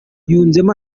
yunzemo